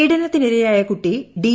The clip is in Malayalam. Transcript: പീഡനത്തിനിരയായ കുട്ടി ഡി